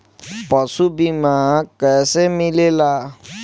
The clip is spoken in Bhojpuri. पशु बीमा कैसे मिलेला?